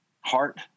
heart